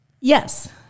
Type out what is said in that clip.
Yes